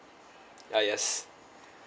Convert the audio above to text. uh yes